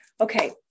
Okay